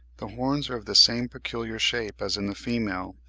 the horns are of the same peculiar shape as in the female,